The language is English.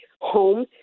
home